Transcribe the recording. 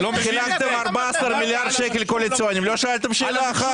חילקתם 14 מיליארד קואליציוני, לא שאלתם שאלה אחת.